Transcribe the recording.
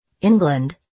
England